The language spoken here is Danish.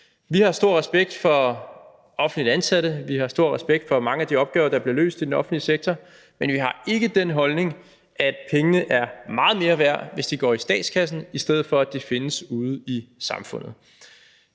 Vi har stor respekt for offentligt ansatte, vi har stor respekt for mange af de opgaver, der bliver løst i den offentlige sektor, men vi har ikke den holdning, at pengene er meget mere værd, hvis de går i statskassen, i stedet for at de findes ude i samfundet.